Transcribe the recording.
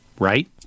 Right